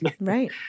right